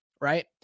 right